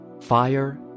fire